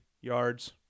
yards